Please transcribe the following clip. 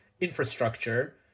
infrastructure